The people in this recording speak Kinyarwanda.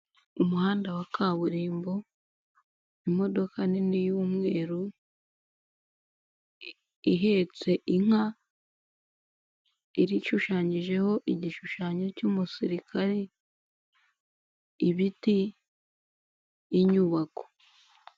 Umuhanda wa kaburimbo, imodoka nini y'umweru, ihetse inka, ishushanyijeho igishushanyo cy'umusirikare, ibiti n'inyubako.